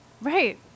Right